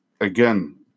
again